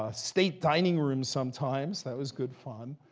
ah state dining room sometimes. that was good fun.